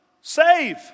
Save